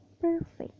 Perfect